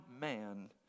man